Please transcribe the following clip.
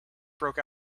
broke